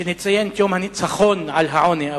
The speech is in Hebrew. שנציין את יום הניצחון על העוני.